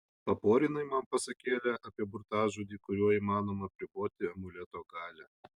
paporinai man pasakėlę apie burtažodį kuriuo įmanoma apriboti amuleto galią